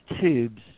tubes